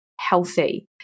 healthy